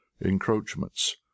encroachments